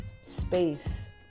space